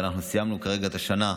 ואנחנו סיימנו כרגע את השנה,